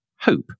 hope